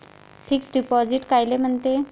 Fix deposit कायले म्हनते?